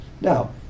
Now